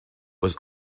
was